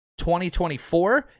2024